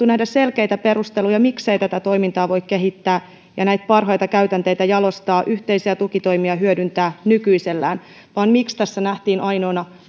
nähdä selkeitä perusteluja miksei tätä toimintaa voi kehittää ja näitä parhaita käytänteitä jalostaa yhteisiä tukitoimintoja hyödyntää nykyisellään ja miksi tässä nähtiin ainoana